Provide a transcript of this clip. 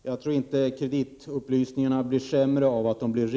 Herr talman! Jag tror inte att kreditupplysningarna blir sämre av att de blir